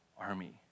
army